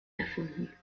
erfunden